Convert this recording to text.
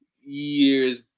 years